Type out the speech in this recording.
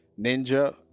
Ninja